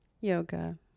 Yoga